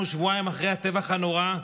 אנחנו שבועיים אחרי הטבח הנורא,